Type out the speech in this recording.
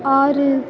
ஆறு